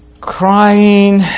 crying